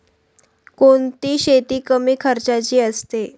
कोणती शेती कमी खर्चाची असते?